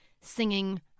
singing